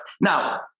now